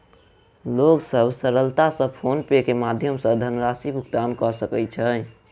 लोक सभ सरलता सॅ फ़ोन पे के माध्यम सॅ धनराशि भुगतान कय सकै छै